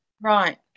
right